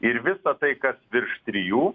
ir visa tai kas virš trijų